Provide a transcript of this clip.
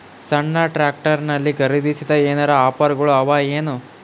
ಸಣ್ಣ ಟ್ರ್ಯಾಕ್ಟರ್ನಲ್ಲಿನ ಖರದಿಸಿದರ ಏನರ ಆಫರ್ ಗಳು ಅವಾಯೇನು?